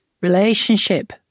relationship